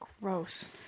Gross